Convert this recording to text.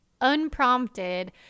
unprompted